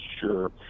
Sure